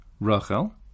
Rachel